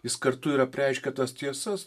jis kartu ir apreiškia tas tiesas